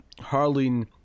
Harleen